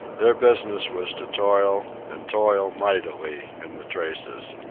their business was to toil, and toil mightily, in the traces.